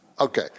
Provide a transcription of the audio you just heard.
Okay